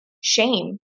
shame